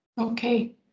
Okay